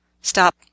Stop